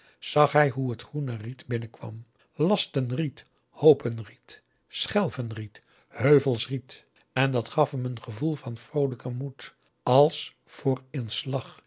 zag hij hoe het groene riet binnenkwam lasten riet hoopen riet schelven riet heuvels riet en dat gaf hem een gevoel van vroolijken moed als voor